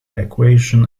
equation